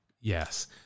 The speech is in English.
Yes